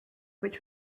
which